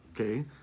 Okay